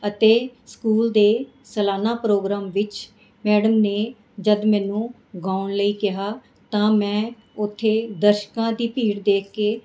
ਅਤੇ ਸਕੂਲ ਦੇ ਸਲਾਨਾ ਪ੍ਰੋਗਰਾਮ ਵਿੱਚ ਮੈਡਮ ਨੇ ਜਦ ਮੈਨੂੰ ਗਾਉਣ ਲਈ ਕਿਹਾ ਤਾਂ ਮੈਂ ਉੱਥੇ ਦਰਸ਼ਕਾਂ ਦੀ ਭੀੜ ਦੇਖ ਕੇ